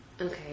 Okay